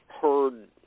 heard